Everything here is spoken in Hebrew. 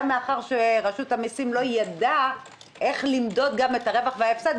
גם מאחר ורשות המסים לא ידעה איך למדוד את הרווח וההפסד,